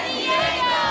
Diego